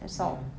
mm